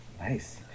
nice